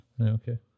okay